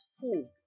food